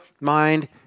mind